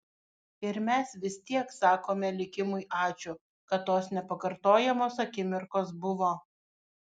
ir mes vis tiek sakome likimui ačiū kad tos nepakartojamos akimirkos buvo